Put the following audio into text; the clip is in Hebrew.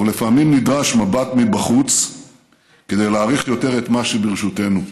אבל לפעמים נדרש מבט מבחוץ כדי להעריך יותר את מה שברשותנו.